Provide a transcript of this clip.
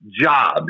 jobs